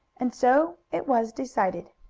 and so it was decided.